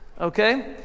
okay